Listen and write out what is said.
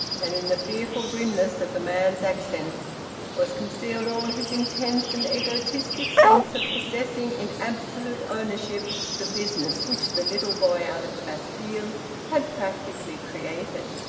and in the fearful grimness of the man's accents was concealed all his intense and egoistic sense of possessing in absolute ownership the business which the little boy out of the bastille had practically created.